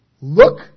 look